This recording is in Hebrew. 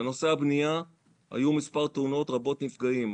בנושא הבנייה: היו מספר תאונות רבות נפגעים.